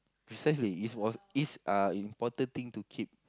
precisely it was it's uh important thing to keep